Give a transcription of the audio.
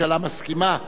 אנחנו נעבור להצבעה.